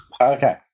Okay